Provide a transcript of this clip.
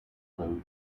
low